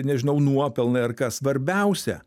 nežinau nuopelnai ar kas svarbiausia